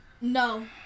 No